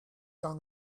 down